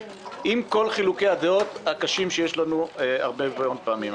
עם כל חילוקי הדעות הקשים שיש לנו הרבה פעמים.